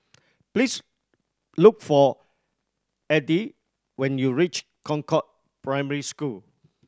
please look for Edythe when you reach Concord Primary School